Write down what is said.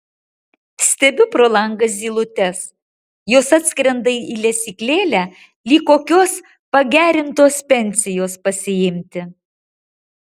stebiu pro langą zylutes jos atskrenda į lesyklėlę lyg kokios pagerintos pensijos pasiimti